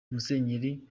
musenyeri